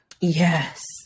yes